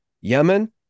Yemen